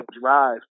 drive